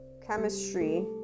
chemistry